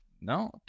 no